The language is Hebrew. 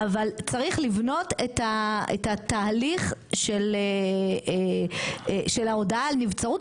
אבל צריך לבנות את התהליך של ההודעה על נבצרות,